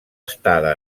estada